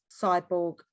cyborg